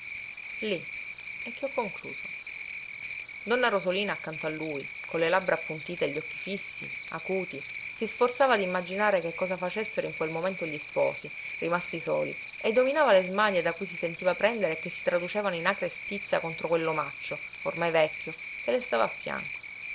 lí e che ho concluso donna rosolina accanto a lui con le labbra appuntite e gli occhi fissi acuti si sforzava d'immaginare che cosa facessero in quel momento gli sposi rimasti soli e dominava le smanie da cui si sentiva prendere e che si traducevano in acre stizza contro quell'omaccio ormai vecchio che le stava a fianco